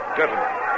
Gentlemen